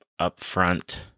upfront